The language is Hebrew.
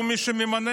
הוא מי שממנה.